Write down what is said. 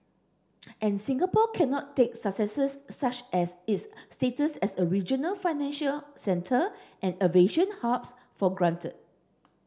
and Singapore cannot take successes such as its status as a regional financial centre and aviation hubs for granted